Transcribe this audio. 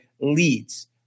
leads